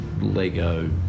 Lego